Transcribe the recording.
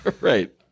Right